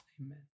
Amen